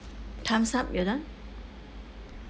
times up you're done